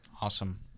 Awesome